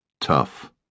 tough